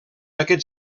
aquest